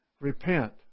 repent